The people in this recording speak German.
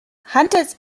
handelt